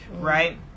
right